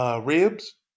ribs